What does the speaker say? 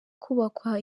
kubakwa